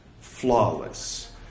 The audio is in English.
flawless